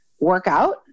workout